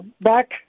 Back